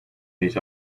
meet